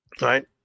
Right